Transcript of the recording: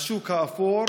השוק האפור,